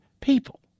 people